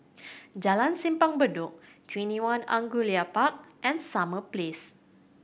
Jalan Simpang Bedok TwentyOne Angullia Park and Summer Place